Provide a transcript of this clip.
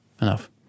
enough